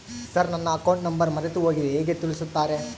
Sir ನನ್ನ account number ಮರೆತುಹೋಗಿದೆ ಹೇಗೆ ತಿಳಿಸುತ್ತಾರೆ?